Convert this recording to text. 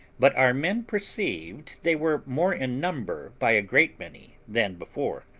but our men perceived they were more in number by a great many than before.